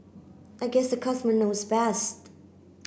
I guess the customer knows best